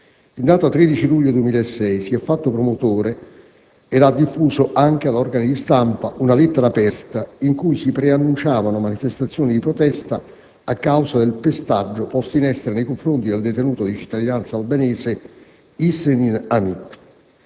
In data 13 luglio 2006 si è fatto promotore ed ha diffuso anche ad organi di stampa una lettera aperta in cui si preannunciavano manifestazioni di protesta a causa del "pestaggio" posto in essere nei confronti del detenuto di cittadinanza albanese Hiseny Hamit.